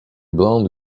blond